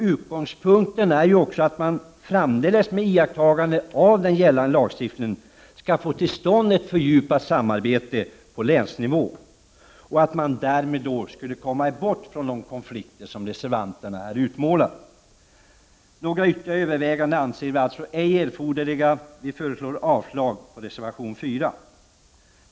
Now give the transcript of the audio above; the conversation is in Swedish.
Utgångspunkten är också att man framdeles, med iakttagande av gällande lagstiftning, skall få till stånd ett fördjupat samarbete på länsnivå och därmed komma bort från de konflikter som reservanterna här utmålar. Några ytterligare överväganden anser vi alltså ej erforderliga. Vi föreslår avslag på reservation nr 4.